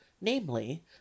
namely